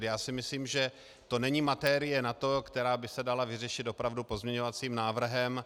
Já si myslím, že to není materie na to, která by se dala vyřešit opravdu pozměňovacím návrhem.